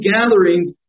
gatherings